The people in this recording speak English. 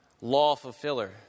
law-fulfiller